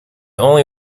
only